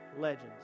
legends